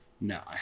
No